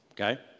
Okay